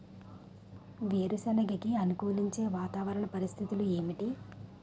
వేరుసెనగ కి అనుకూలించే వాతావరణ పరిస్థితులు ఏమిటి?